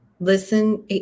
listen